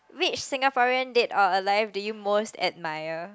which Singaporean dead or alive do you most admire